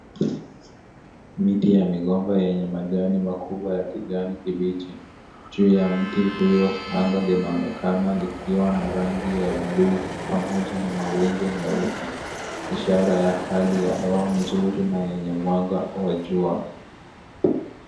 Miti ya migomba yenye majani makubwa ya kijani kibichi. Juu ya mti huo anga linaonekana likiwa na rangi ya bluu pamoja na mawingu meupe. Ishara ya hali ya hewa nzuri na yenye mwanga wa jua.